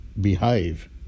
behave